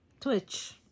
Twitch